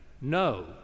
No